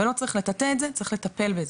ולא צריך לטאטא את זה צריך לטפל בזה.